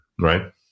right